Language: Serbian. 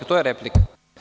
To je replika.